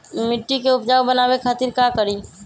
मिट्टी के उपजाऊ बनावे खातिर का करी?